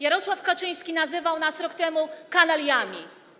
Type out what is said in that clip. Jarosław Kaczyński nazywał nas rok temu kanaliami.